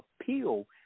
appeal